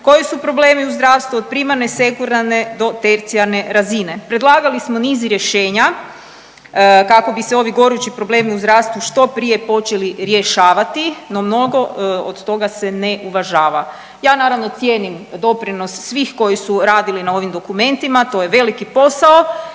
koji su problemi u zdravstvu od primarne, sekundarne do tercijarne razine. Predlagali smo niz rješenja kako bi se ovi gorući problemi u zdravstvu što prije počeli rješavati, no mnogo od toga se ne uvažava. Ja naravno cijenim doprinos svih koji su radili na ovim dokumentima, to je veliki posao,